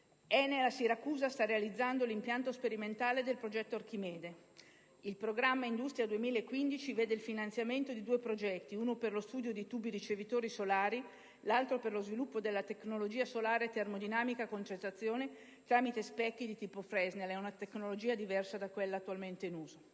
ENEL a Siracusa sta realizzando l'impianto sperimentale del progetto Archimede; il programma Industria 2015 vede il finanziamento di due progetti, uno per lo studio di tubi ricevitori solari, l'altro per lo sviluppo della tecnologia solare termodinamica a concentrazione tramite specchi di tipo Fresnel. Si tratta di una tecnologia diversa da quella attualmente in uso.